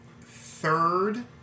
Third